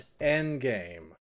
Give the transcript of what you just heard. Endgame